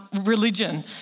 religion